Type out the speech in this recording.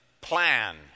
plan